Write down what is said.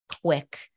quick